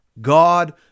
God